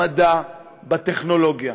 במדע, בטכנולוגיה.